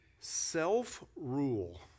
Self-rule